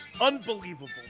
Unbelievable